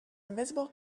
invisible